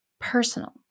personal